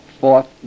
Fourth